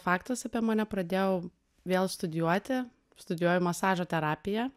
faktas apie mane pradėjau vėl studijuoti studijuoju masažo terapiją